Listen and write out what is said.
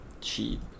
Cheap